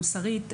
מוסרית.